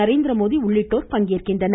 நரேந்திரமோடி உள்ளிட்டோர் பங்கேற்கின்றனர்